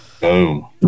Boom